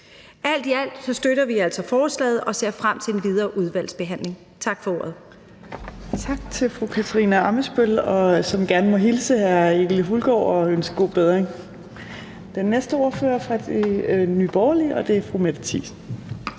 Alt i alt støtter vi altså forslaget og ser frem til den videre udvalgsbehandling. Tak for ordet. Kl. 14:51 Fjerde næstformand (Trine Torp): Tak til fru Katarina Ammitzbøll, som gerne må hilse hr. Egil Hulgaard og ønske god bedring. Den næste ordfører er fra Nye Borgerlige, og det er fru Mette Thiesen.